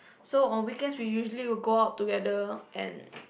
so on weekends we will usually go out together and